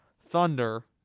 Thunder